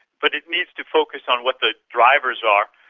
but it needs to focus on what the drivers are.